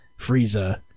Frieza